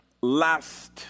last